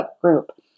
group